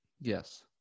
yes